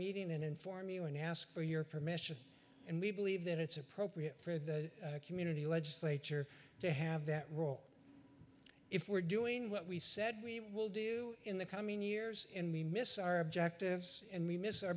meeting and inform you and ask for your permission and we believe that it's appropriate for the community legislature to have that role if we're doing what we said we will do in the coming years and we miss our objectives and we miss o